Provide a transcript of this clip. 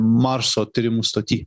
marso tyrimų stoty